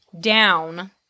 down